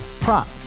prop